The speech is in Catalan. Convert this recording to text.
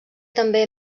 també